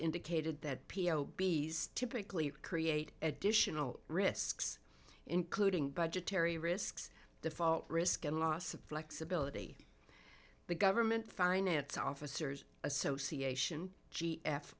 indicated that p o b typically create additional risks including budgetary risks default risk and loss of flexibility the government finance officers association g f